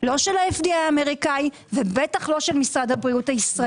לא של ה-FDI האמריקאי ובטח לא של משרד הבריאות הישראלי.